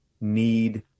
need